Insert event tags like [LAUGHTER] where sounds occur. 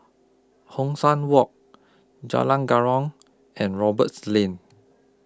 Hong San Walk Jalan [UNINTELLIGIBLE] and Roberts Lane